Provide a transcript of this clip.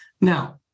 Now